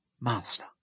Master